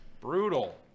Brutal